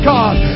God